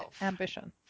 ambition